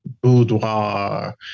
boudoir